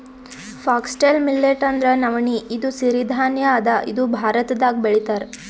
foxtail millet ಅಂದ್ರ ನವಣಿ ಇದು ಸಿರಿ ಧಾನ್ಯ ಅದಾ ಇದು ಭಾರತ್ದಾಗ್ ಬೆಳಿತಾರ್